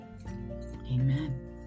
Amen